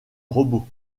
robot